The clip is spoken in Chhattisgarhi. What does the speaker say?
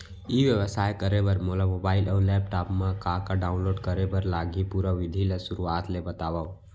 ई व्यवसाय करे बर मोला मोबाइल अऊ लैपटॉप मा का का डाऊनलोड करे बर लागही, पुरा विधि ला शुरुआत ले बतावव?